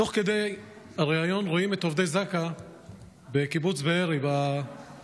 תוך כדי הריאיון רואים את עובדי זק"א בקיבוץ בארי באיסוף,